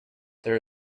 there